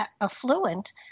affluent